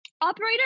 Operator